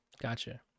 Gotcha